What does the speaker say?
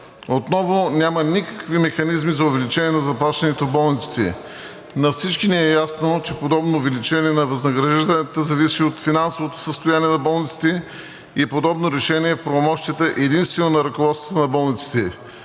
отново няма никакви механизми за увеличение на заплащането в болниците. На всички ни е ясно, че подобно увеличение на възнагражденията зависи от финансовото състояние на болниците и подобно решение е в правомощията единствено на ръководството на болниците,